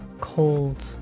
cold